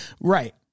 Right